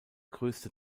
größte